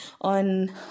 on